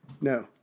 No